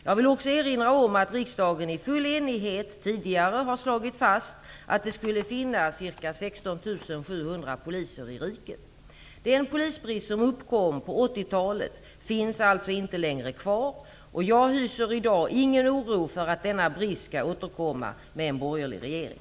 Jag vill också erinra om att riksdagen i full enighet tidigare har slagit fast att det skall finnas 16 700 poliser i riket. Den polisbrist som uppkom på 1980 talet finns alltså inte längre kvar och jag hyser i dag ingen oro för att denna brist skall återkomma med en borgerlig regering.